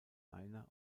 einer